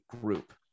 Group